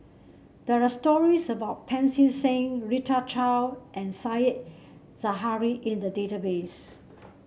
there are stories about Pancy Seng Rita Chao and Said Zahari in the database